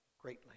greatly